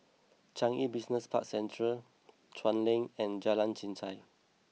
Changi Business Park Central Chuan Lane and Jalan Chichau